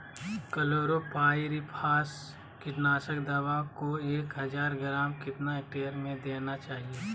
Chlorpyrifos कीटनाशक दवा को एक हज़ार ग्राम कितना हेक्टेयर में देना चाहिए?